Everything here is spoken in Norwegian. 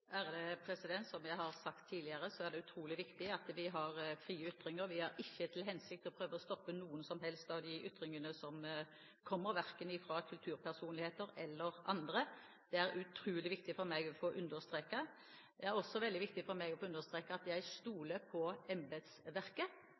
Som jeg har sagt tidligere, er det utrolig viktig at vi har fri ytring. Vi har ikke til hensikt å prøve å stoppe noen som helst av de ytringene som kommer, verken fra kulturpersonligheter eller andre. Det er utrolig viktig for meg å få understreket. Det er også veldig viktig for meg å få understreket at jeg